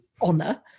honor